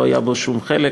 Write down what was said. לא היה בו שום חלק,